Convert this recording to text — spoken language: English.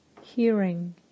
hearing